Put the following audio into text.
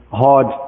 hard